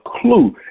clue